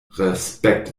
respekt